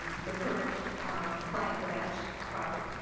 the current plan for that project.